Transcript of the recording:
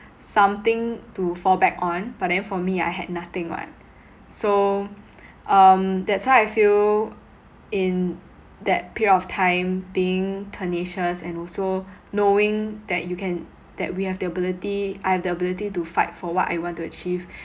something to fall back on but then for me I had nothing [what] so um that's why I feel in that period of time being tenacious and also knowing that you can that we have the ability I have the ability to fight for what I want to achieve